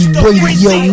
radio